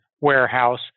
warehouse